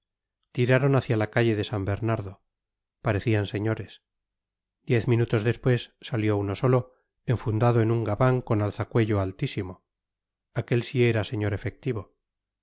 tiraron hacia la calle de san bernardo parecían señores diez minutos después salió uno solo enfundado en un gabán con alzacuello altísimo aquel sí era señor efectivo